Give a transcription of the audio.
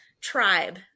tribe